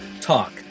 Talk